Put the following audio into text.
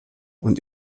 und